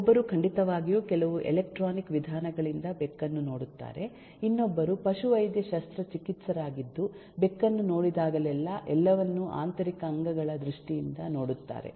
ಒಬ್ಬರು ಖಂಡಿತವಾಗಿಯೂ ಕೆಲವು ಎಲೆಕ್ಟ್ರಾನಿಕ್ ವಿಧಾನಗಳಿಂದ ಬೆಕ್ಕನ್ನು ನೋಡುತ್ತಾರೆ ಇನ್ನೊಬ್ಬರು ಪಶುವೈದ್ಯ ಶಸ್ತ್ರಚಿಕಿತ್ಸಕರಾಗಿದ್ದು ಬೆಕ್ಕನ್ನು ನೋಡಿದಾಗಲೆಲ್ಲಾ ಎಲ್ಲವನ್ನೂ ಆಂತರಿಕ ಅಂಗಗಳ ದೃಷ್ಟಿಯಿಂದ ನೋಡುತ್ತಾರೆ